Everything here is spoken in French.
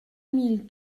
mille